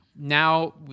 Now